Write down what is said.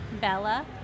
Bella